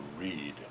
read